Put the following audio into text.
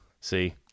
See